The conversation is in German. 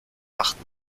machen